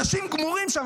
אנשים גמורים שם,